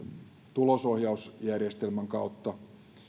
tulosohjausjärjestelmän kautta